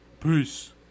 Peace